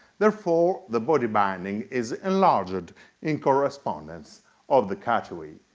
therefore the body binding is enlarged in correspondence of the cutaway.